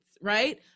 right